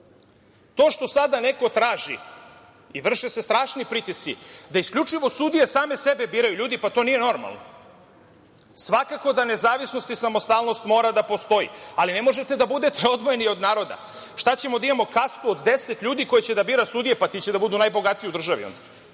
To što sada neko traži i vrše se strašni pritisci da isključivo sudije same sebe biraju. Ljudi, to nije normalno. Svakako da nezavisnost i samostalnost mora da postoji, ali ne možete da budete odvojeni od naroda. Šta ćemo da imamo, kastu od 10 ljudi koji će da bira sudije? Pa ti će da budu najbogatiji u državi onda